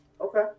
Okay